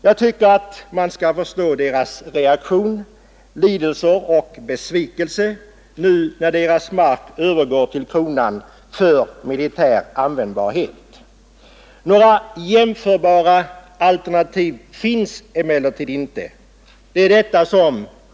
Jag tycker att man skall förstå dessa människors reaktion, lidelser och besvikelse nu när deras mark övergår till kronan för militär användning. Några jämförbara alternativ finns emellertid inte.